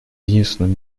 единственным